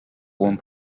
one